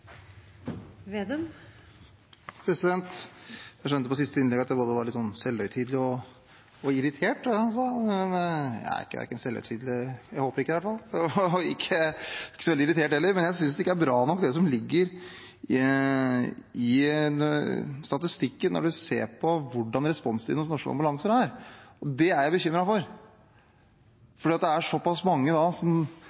debatten. Jeg skjønte på siste innlegg at jeg var både selvhøytidelig og irritert, men jeg er verken selvhøytidelig – jeg håper i hvert fall ikke det – eller så veldig irritert, men jeg synes ikke statistikken er bra nok når man ser på hvordan responstiden for norske ambulanser er. Og det er jeg bekymret over, for